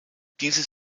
dieses